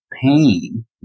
pain